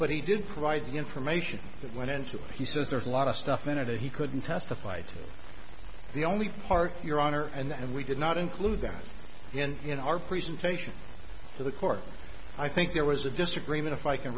but he did provide the information that went into it he says there's a lot of stuff in it that he couldn't testify to the only part your honor and we did not include that in in our presentation to the court i think there was a disagreement if i can